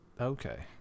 Okay